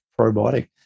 probiotic